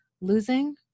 Losing